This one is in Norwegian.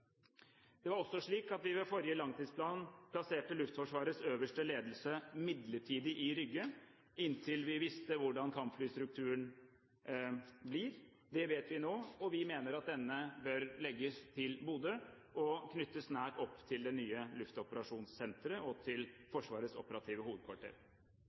Det var også slik at vi ved forrige langtidsplan plasserte Luftforsvarets øverste ledelse midlertidig i Rygge, inntil vi visste hvordan kampflystrukturen ville bli. Det vet vi nå, og vi mener at denne bør legges til Bodø og knyttes nært opp til det nye luftoperasjonssenteret og til Forsvarets operative hovedkvarter.